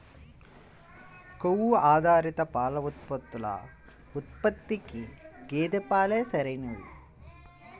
కొవ్వు ఆధారిత పాల ఉత్పత్తుల ఉత్పత్తికి గేదె పాలే సరైనవి